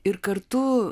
ir kartu